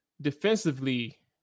defensively